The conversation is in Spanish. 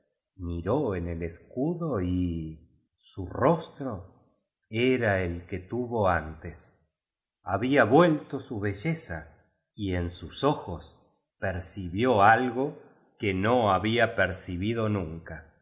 miró en el escudo y su rostro era el biblioteca nacional de españa la ehl'aa moderna que tuvo antes había vuelto su belleza y en sus ojos percibió algo que no había percibido nunca